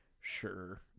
sure